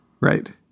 Right